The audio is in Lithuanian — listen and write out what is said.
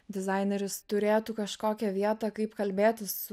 dizaineris turėtų kažkokią vietą kaip kalbėtis